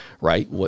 right